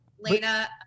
Lena